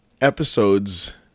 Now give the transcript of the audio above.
episodes